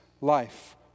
life